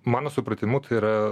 mano supratimu tai yra